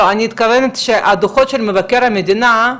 לא, אני מתכוונת שהדוחות של מבקר המדינה,